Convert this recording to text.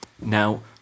Now